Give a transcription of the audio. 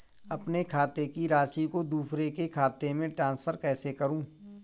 अपने खाते की राशि को दूसरे के खाते में ट्रांसफर कैसे करूँ?